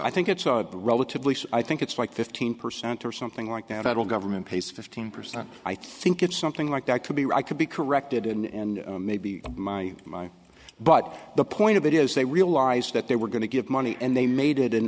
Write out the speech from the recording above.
guy think it's a relatively i think it's like fifteen percent or something like that at all government pays fifteen percent i think it's something like that could be right could be corrected in and maybe my mind but the point of it is they realized that they were going to give money and they made it an